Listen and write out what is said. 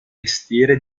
mestiere